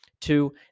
Two